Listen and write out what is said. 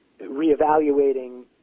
reevaluating